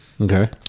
okay